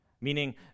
meaning